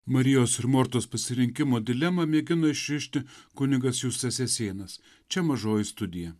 marijos ir mortos pasirinkimo dilemą mėgino išrišti kunigas justas jasėnas čia mažoji studija